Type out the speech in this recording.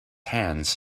hands